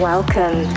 Welcome